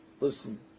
listen